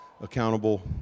accountable